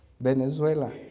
Venezuela